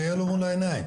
שיהיה לו מול העיניים.